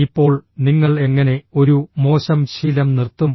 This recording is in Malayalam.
ഇപ്പോൾ നിങ്ങൾ എങ്ങനെ ഒരു മോശം ശീലം നിർത്തും